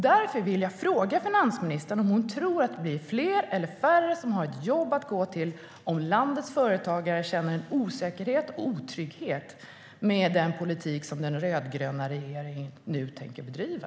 Därför vill jag fråga finansministern om hon tror att det blir fler eller färre som har ett jobb att gå till om landets företagare känner en osäkerhet och otrygghet med den politik som den rödgröna regeringen nu tänker bedriva.